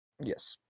Yes